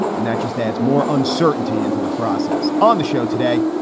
and that just adds more uncertainty into the process. on the show today,